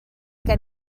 gen